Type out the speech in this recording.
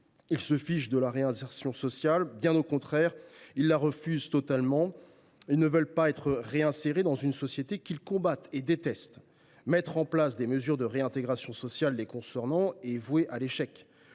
Ils se fichent de la réinsertion sociale, ils la refusent totalement. Ils ne veulent pas être réinsérés dans une société qu’ils combattent et détestent. La mise en place de mesures de réintégration sociale les concernant est vouée à l’échec.